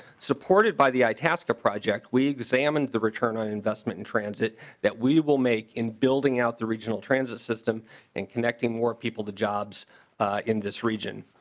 supported by the itasca project we examine the return on investment and transit that we will make them building out the regional transit system and connecting more people to jobs in this region.